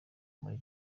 muri